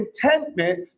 contentment